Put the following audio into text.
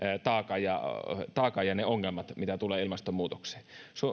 taakan ja taakan ja ne ongelmat mitä tulee ilmastonmuutokseen